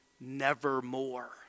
nevermore